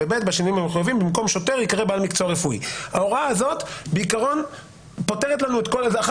לערוך חיפוש לפי הוראות פרק זה בקטין אף